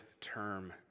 term